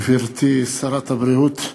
גברתי שרת הבריאות,